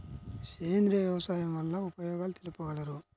సేంద్రియ వ్యవసాయం వల్ల ఉపయోగాలు తెలుపగలరు?